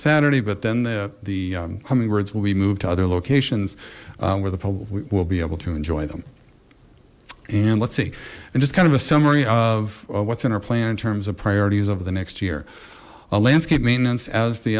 saturday but then the the hummingbirds will be moved to other locations where the public will be able to enjoy them and let's see and just kind of a summary of what's in our plan in terms of priorities over the next year a landscape maintenance as the